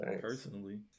personally